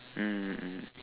mm mm mm